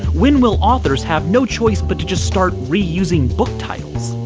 when will authors have no choice but to just start reusing book titles?